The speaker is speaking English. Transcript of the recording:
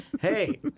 Hey